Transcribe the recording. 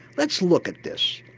let's look at this.